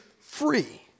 free